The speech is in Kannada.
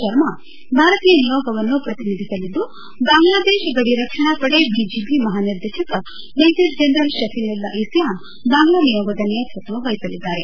ಶರ್ಮಾ ಭಾರತೀಯ ನಿಯೋಗವನ್ನು ಪ್ರತಿನಿಧಿಸಲಿದ್ದು ಬಾಂಗ್ಲಾದೇಶ ಗಡಿ ರಕ್ಷಣಾ ಪಡೆ ಬಿಜಿಬಿ ಮಹಾನಿರ್ದೇಶಕ ಮೇಜರ್ ಜನರಲ್ ಶಫೀನುಲ್ ಇಸ್ಲಾಮ್ ಬಾಂಗ್ಲಾ ನಿಯೋಗದ ನೇತೃತ್ವ ವಹಿಸಲಿದ್ದಾರೆ